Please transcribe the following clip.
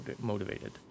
motivated